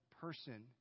person